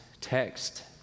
text